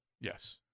Yes